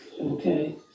Okay